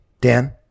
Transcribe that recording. Dan